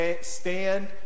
Stand